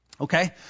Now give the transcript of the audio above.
okay